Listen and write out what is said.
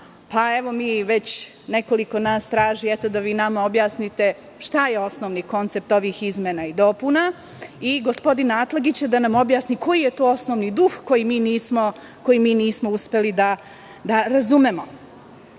zakona. Evo, nekoliko nas traži da vi nama objasnite šta je osnovni koncept ovih izmena i dopuna i gospodin Atlagić da nam objasni koji je to osnovni duh koji mi nismo uspeli da razumemo. Kada